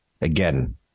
Again